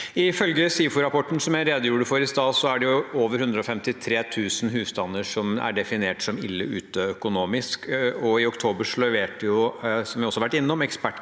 Ifølge SIFO-rapporten som jeg redegjorde for i stad, er det over 153 000 husstander som er definert som ille ute økonomisk, og i oktober leverte – som vi også